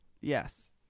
Yes